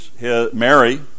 Mary